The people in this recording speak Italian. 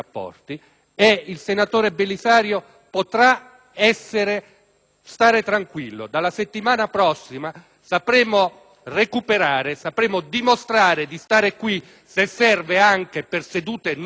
stare tranquillo: dalla settimana prossima sapremo recuperare e dimostrare di stare qui, se serve, anche per sedute notturne. Noi ci saremo tutti, come ci siamo oggi!